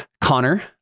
connor